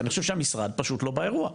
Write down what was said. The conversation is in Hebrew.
אני חושב שהמשרד פשוט לא באירוע,